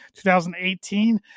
2018